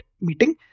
meeting